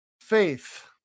Faith